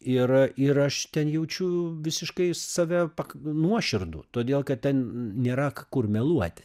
ir ir aš ten jaučiu visiškai save pak nuoširdų todėl kad ten nėra kur meluot